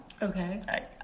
Okay